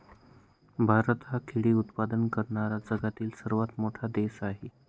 भारत हा केळी उत्पादन करणारा जगातील सर्वात मोठा देश आहे